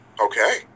Okay